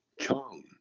chong